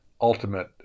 ultimate